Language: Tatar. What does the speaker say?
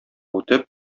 үтеп